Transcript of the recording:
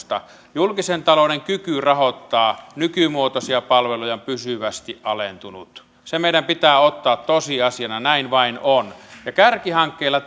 julkisen talouden kyky rahoittaa nykymuotoisia palveluja on pysyvästi alentunut se meidän pitää ottaa tosiasiana näin vain on ja kärkihankkeilla